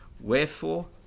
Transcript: Wherefore